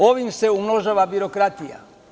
Ovim se umnožava birokratija.